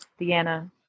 Deanna